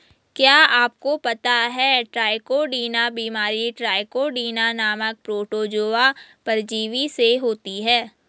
क्या आपको पता है ट्राइकोडीना बीमारी ट्राइकोडीना नामक प्रोटोजोआ परजीवी से होती है?